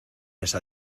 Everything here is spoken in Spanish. esa